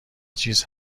چیز